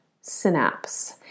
synapse